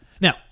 Now